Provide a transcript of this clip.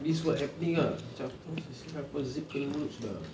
this what happening ah macam kau zip kau punya mulut sudah